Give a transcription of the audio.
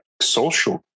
social